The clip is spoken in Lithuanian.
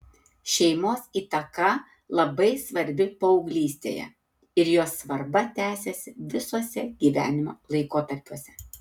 šeimos įtaka labai svarbi paauglystėje ir jos svarba tęsiasi visuose gyvenimo laikotarpiuose